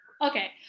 okay